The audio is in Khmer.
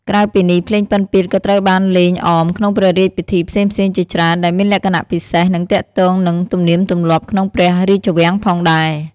ក្រៅពីនេះ ភ្លេងពិណពាទ្យក៏ត្រូវបានលេងអមក្នុងព្រះរាជពិធីផ្សេងៗជាច្រើន ដែលមានលក្ខណៈពិសេស និងទាក់ទងនឹងទំនៀមទម្លាប់ក្នុងព្រះរាជវាំងផងដេរ។